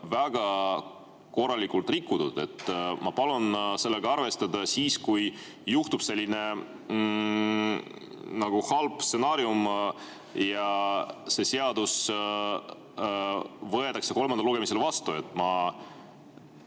väga korralikult rikutud. Ma palun sellega arvestada siis, kui juhtub selline halb stsenaarium ja see seadus võetakse kolmandal lugemisel vastu.